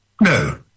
No